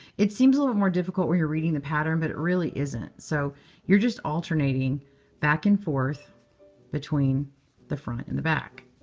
it seems a little more difficult where you're reading the pattern, but it really isn't. so you're just alternating back and forth between the front and the back.